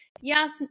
Yes